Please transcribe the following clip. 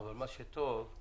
מה שטוב זה